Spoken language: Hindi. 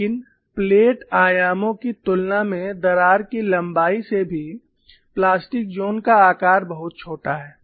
लेकिन प्लेट आयामों की तुलना में और दरार की लंबाई से भी प्लास्टिक जोन का आकार बहुत छोटा है